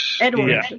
Edward